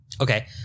Okay